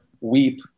weep